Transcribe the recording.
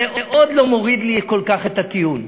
זה עוד לא מוריד לי כל כך את הטיעון.